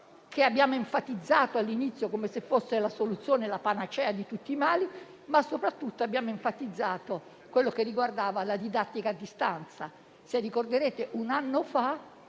abbiamo enfatizzato all'inizio come se fosse la soluzione e la panacea di tutti i mali, ma soprattutto abbiamo enfatizzato quello che riguardava la didattica a distanza.